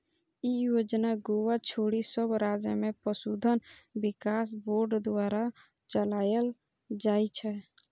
ई योजना गोवा छोड़ि सब राज्य मे पशुधन विकास बोर्ड द्वारा चलाएल जाइ छै